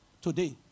today